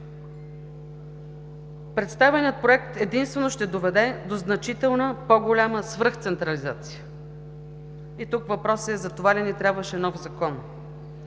Представеният Проект единствено ще доведе до значителна по-голяма свръхцентрализация и тук въпросът е: затова ли ни трябваше нов Закон?